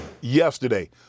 Yesterday